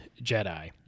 Jedi